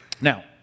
Now